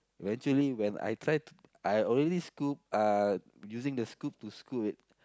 eventually when I try to I already scope uh using the scope to scope it